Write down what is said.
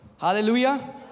Hallelujah